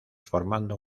formando